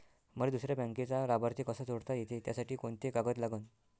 मले दुसऱ्या बँकेचा लाभार्थी कसा जोडता येते, त्यासाठी कोंते कागद लागन?